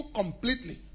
completely